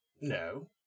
No